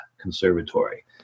conservatory